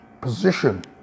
position